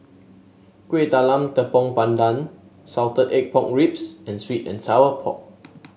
Kuih Talam Tepong Pandan Salted Egg Pork Ribs and sweet and Sour Pork